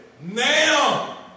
Now